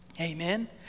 amen